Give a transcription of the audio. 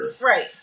Right